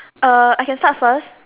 uh I can start first